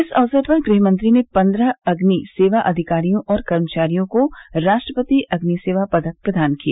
इस अवसर पर गृहमंत्री ने पन्द्रह अग्नि सेवाअधिकारियों और कर्मचारियों को राष्ट्रपति अग्नि सेवा पदक प्रदान किए